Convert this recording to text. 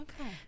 Okay